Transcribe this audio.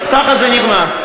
ככה זה נגמר.